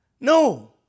No